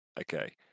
Okay